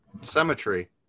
Cemetery